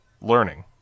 learning